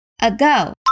ago